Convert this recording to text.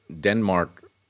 Denmark